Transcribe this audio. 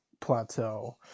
plateau